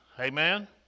Amen